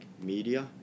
media